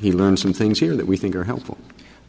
he learned some things here that we think are helpful